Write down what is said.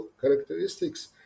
characteristics